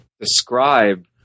describe